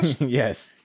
Yes